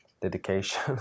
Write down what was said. dedication